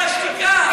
קשר השתיקה.